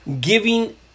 giving